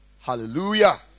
Hallelujah